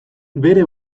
bere